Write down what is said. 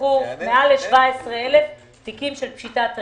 שנפתחו מעל 17,000 תיקי פשיטת רגל.